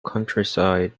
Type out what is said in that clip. countryside